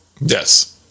Yes